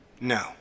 No